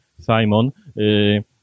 Simon